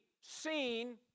seen